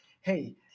hey